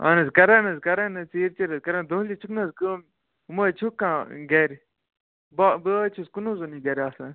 اَہن حظ کَران حظ کَران حظ ژیٖر ژیٖر حظ کَران دۄہلہِ چھُکھ نَہ حظ کٲم چھُک کانٛہہ گَرِ بہٕ حظ چھُس کُنٕے زوٚنٕے گَرِ آسان